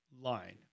line